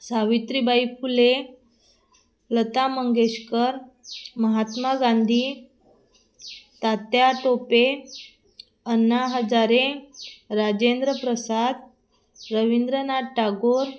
Savitribai Phule Lata Mangeshkar Mahatma Gandhi Tatya Tope Anna Hazare Rajendra Prasad Rabindranath Tagore